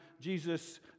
Jesus